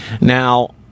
Now